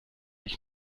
ich